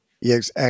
Yes